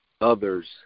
others